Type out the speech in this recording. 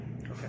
Okay